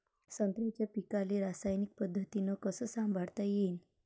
संत्र्याच्या पीकाले रासायनिक पद्धतीनं कस संभाळता येईन?